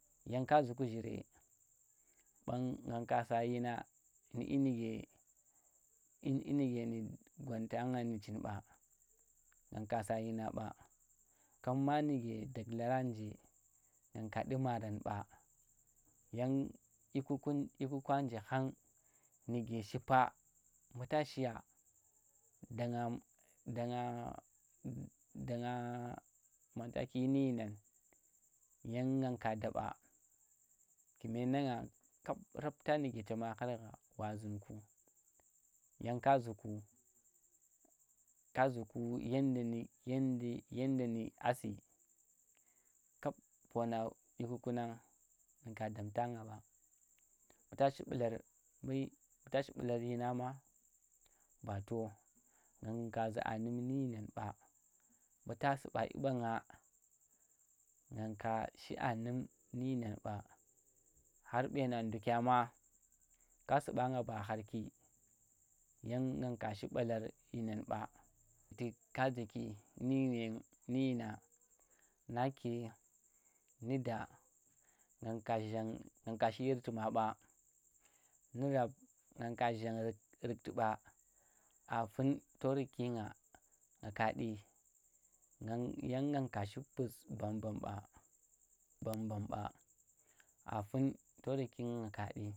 Yang ka zuku zhire, ɓang nang ka sa dyina, nu dyi nuge dyin dyi nuge nu gwanta nga nu chinɓa nang ka su dyina ɓa. Kap ma nuge daghlara nje nang ka dyi ye maran ɓa, yang dyi kaka dyi ku kwa nje khang nuge shipa mbu ta shiya, dang nga, dang nga, dan nga mataki nu dyi nan yang nang ka da ɓa kume nang ngang kap rapta nuge chamaa khar gha wa zunku. Yang ko zuku, ka zu ku yamda nu yamda ni yanda nu̱ a si kap pana dyi kuku nang nu ka damta nga ɓa tuka shi ɓalar nu tuka shi ɓalar yina ma bato, nang ka zu̱ annum ndu dyi nan ɓa. Mbu ta su̱ba dyi bang nga, nang shi annum ndu dyi nam ɓa, khar ɓena ndukya ma ka su ɓa nga ba kharki yang nang ka shi ɓalar dyi nan ɓa tuk kazu nun, nina, na kye nu daa nang ka zhang, nang ka shi yirtu ma ɓa, nu rap nang ka zhang rukti ɓa, a fun to rikk ki nga nga ka ɗi nang yang nang ka shi puz bam bam ɓa a fun to rikh ki nga nga kaɗi